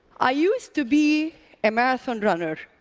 i used to be a marathon runner.